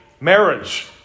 marriage